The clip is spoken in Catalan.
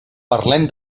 parlem